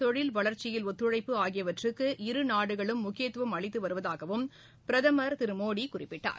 தொழில் வளர்ச்சியில் ஒத்துழழப்பு ஆகியவற்றுக்கு இருநாடுகளும் முக்கியத்துவம் அளித்து வருவதாகவும் பிரதமர் மோடி குறிப்பிட்டார்